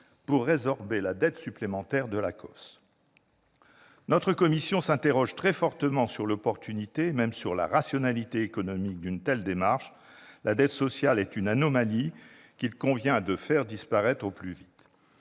pour résorber la dette supplémentaire de l'ACOSS. Notre commission s'interroge très fortement sur l'opportunité d'une telle démarche, et même sur sa rationalité économique. La dette sociale est une anomalie qu'il convient de faire disparaître au plus vite.